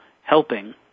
helping